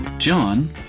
John